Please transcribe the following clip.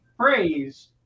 Praise